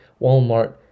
Walmart